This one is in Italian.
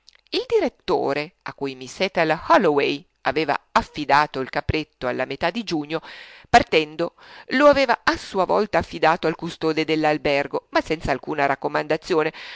il direttore a cui miss ethel holloway aveva affidato il capretto alla metà di giugno partendo lo aveva a sua volta affidato al custode dell'albergo ma senz'alcuna raccomandazione